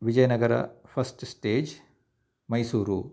Vijayanagara first stage Mysuru इति